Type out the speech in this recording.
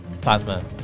plasma